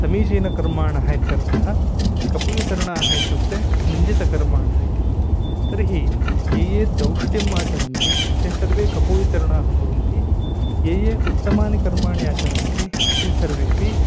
समीचीनकर्माणः इत्यर्थः कपूयचरणाः इत्युक्ते निन्दितकर्माणि इति तर्हि ये ये दौष्ट्यम् आचरन्ति ते सर्वे कपूयचरणाः भवन्ति ये ये उत्तमानि कर्माणि आचरन्ति ते सर्वेपि